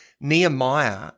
Nehemiah